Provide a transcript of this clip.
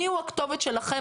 מי הוא הכתובת שלכם,